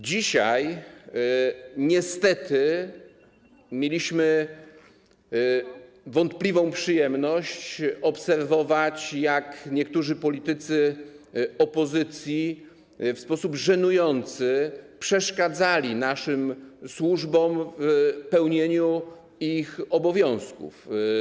Dzisiaj niestety mieliśmy wątpliwą przyjemność obserwować, jak niektórzy politycy opozycji w sposób żenujący przeszkadzali naszym służbom w pełnieniu ich obowiązków.